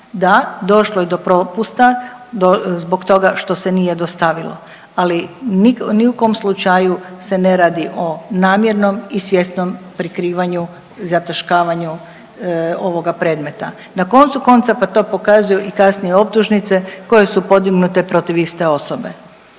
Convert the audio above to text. Da, došlo je do propusta zbog toga što se nije dostavilo, ali ni u kom slučaju se ne radi o namjernom i svjesnom prikrivanju i zataškavanju ovoga premeta. Na koncu konca pa to pokazuju i kasnije optužnice koje su podignute protiv iste osobe.